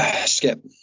Skip